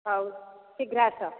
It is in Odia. ହଉ ଶୀଘ୍ର ଆସ